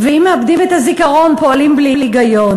אם מאבדים את הזיכרון, פועלים בלי היגיון.